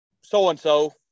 so-and-so